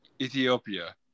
Ethiopia